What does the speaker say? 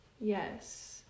Yes